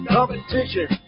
Competition